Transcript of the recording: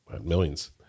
millions